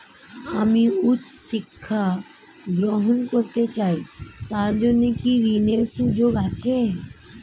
আমি উচ্চ শিক্ষা গ্রহণ করতে চাই তার জন্য কি ঋনের সুযোগ আছে?